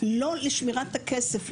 לא לשמירת הכסף,